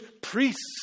priests